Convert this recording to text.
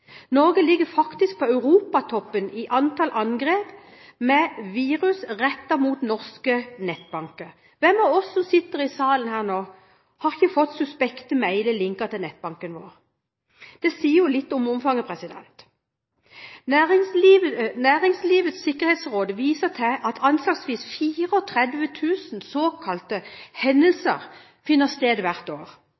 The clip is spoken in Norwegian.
Norge ligger faktisk på europatoppen i antall angrep av virus rettet mot nettbanker. Hvem av oss som sitter i salen her nå, har ikke fått suspekte mailer linket til nettbanken vår? Det sier litt om omfanget. Næringslivets Sikkerhetsråd viser til at anslagsvis 34 000 såkalte